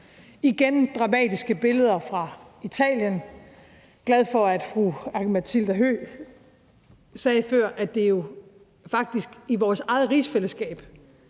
vi dramatiske billeder fra Italien. Jeg er glad for, at fru Aki-Matilda Høegh-Dam sagde før, at det jo faktisk er i vores eget rigsfællesskab,